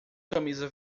camisa